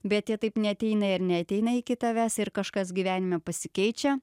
bet jie taip neateina ir neateina iki tavęs ir kažkas gyvenime pasikeičia